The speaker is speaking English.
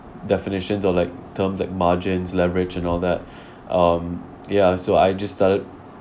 definitions or like terms and margins leverage and all that um ya so I just started